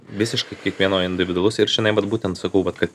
visiškai kiekvieno individualus ir žinai vat būtent sakau vat kad